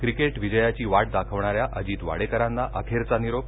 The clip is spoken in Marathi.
क्रिकेट विजयाची वाट दाखवणा या अजीत वाडेकरांना अखेरचा निरोप